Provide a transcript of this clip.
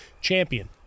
champion